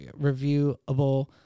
reviewable